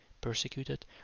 persecuted